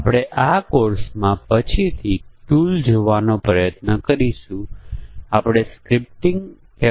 અને એકવાર આપણી પાસે કારણ અસરનો ગ્રાફ આવે પછી તે મૂળભૂત રીતે નિર્ણય ટેબલ આધારિત પરીક્ષણ છે